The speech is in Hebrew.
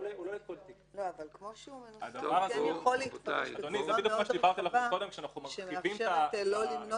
אבל כמו שהוא מנוסח הוא יכול להתפרש בצורה מאוד רחבה שמאפשרת לא למנות